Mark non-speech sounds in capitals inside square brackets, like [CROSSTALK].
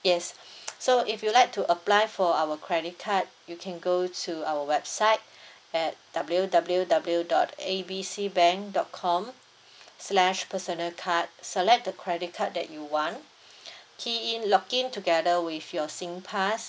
yes [NOISE] so if you like to apply for our credit card you can go to our website at W W W dot A B C bank dot com slash personal card select the credit card that you want [BREATH] key in login together with your singpass